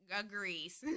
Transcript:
agrees